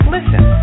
Listen